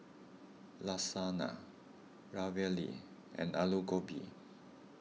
Lasagna Ravioli and Alu Gobi